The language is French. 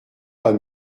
pas